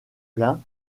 plein